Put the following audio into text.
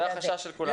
זה החשש של כולנו.